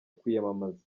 kwiyamamaza